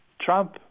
Trump